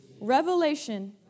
revelation